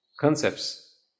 concepts